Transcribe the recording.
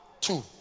two